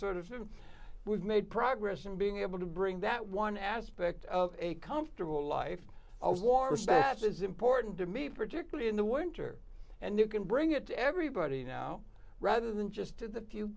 sort of we've made progress in being able to bring that one aspect of a comfortable life awards bash is important to me particularly in the winter and you can bring it to everybody now rather than just to the few